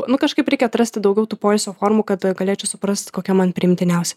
nu kažkaip reikia atrasti daugiau tų poilsio formų kad galėčiau suprast kokia man priimtiniausia